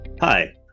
Hi